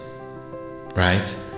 right